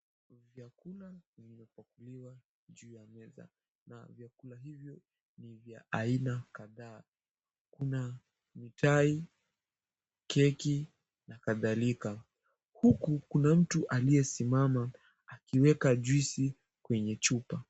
Vyakula vimepakuliwa juu ya meza. Na vyakula hivyo ni vya aina kadhaa. Kuna mtai, keki, na kadhalika. Huku kuna mtu aliyesimama akiweka juisi kwenye chupa.